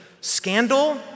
Scandal